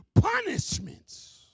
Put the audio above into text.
punishments